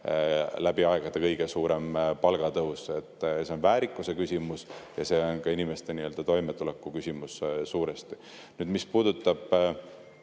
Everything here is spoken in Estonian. läbi aegade kõige suurem palgatõus. See on väärikuse küsimus ja see on ka inimeste toimetulekuküsimus suuresti. Mis puudutab